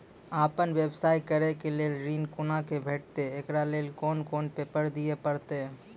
आपन व्यवसाय करै के लेल ऋण कुना के भेंटते एकरा लेल कौन कौन पेपर दिए परतै?